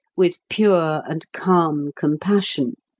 with pure and calm compassion